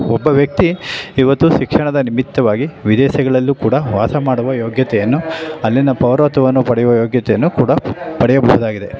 ಒಬ್ಬ ವ್ಯಕ್ತಿ ಈವತ್ತು ಶಿಕ್ಷಣದ ನಿಮಿತ್ತವಾಗಿ ವಿದೇಶಗಳಲ್ಲೂ ಕೂಡ ವಾಸಮಾಡುವ ಯೋಗ್ಯತೆಯನ್ನು ಅಲ್ಲಿನ ಪೌರತ್ವವನ್ನು ಪಡೆಯುವ ಯೋಗ್ಯತೆಯನ್ನು ಕೂಡ ಪಡೆಯಬಹುದಾಗಿದೆ